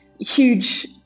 huge